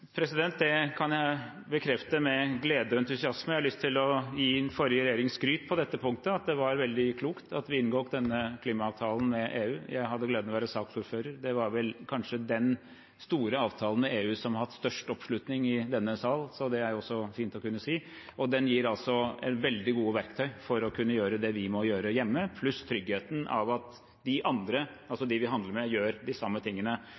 Det kan jeg bekrefte med glede og entusiasme. Jeg har lyst til å gi forrige regjering skryt på dette punktet, at det var veldig klokt at vi inngikk denne klimaavtalen med EU. Jeg hadde gleden av å være saksordfører – det var vel kanskje den store avtalen med EU som har hatt størst oppslutning i denne sal, så det er jo også fint å kunne si – og avtalen gir veldig gode verktøy for å kunne gjøre det vi må gjøre hjemme, pluss tryggheten med at de andre, altså dem vi handler med, gjør de samme tingene.